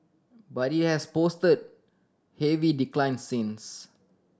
but it has posted heavy declines since